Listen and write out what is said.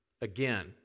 Again